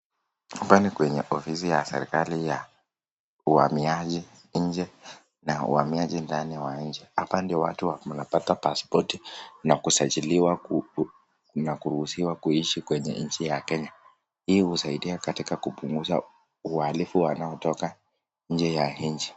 Hapa ni kwenye ofisi ya serikali ya uhamiaji nje na uhamiaji ndani wa nje hapa ndio wanapata paspoti na kusajiliwa na kuruhusiwa kuishi kwenye nchi ya Kenya ili kusaidia katika kupunguza waaalifu wanaotoka nje ya nchi.